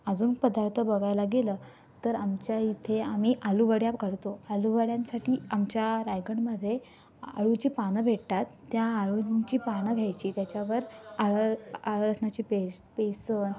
अजून पदार्थ बघायला गेलं तर आमच्या इथे आम्ही अळूवड्या करतो अळूवड्यांसाठी आमच्या रायगडमध्ये अळूची पानं भेटतात त्या अळूंची पानं घ्यायची त्याच्यावर आलं आलंलसणाची पेस्ट बेसन